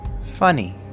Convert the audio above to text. ...funny